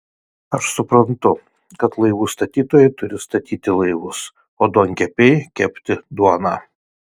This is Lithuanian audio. aš suprantu kad laivų statytojai turi statyti laivus o duonkepiai kepti duoną